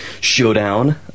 showdown